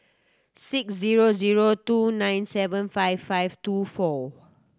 six zero zero two nine seven five five two four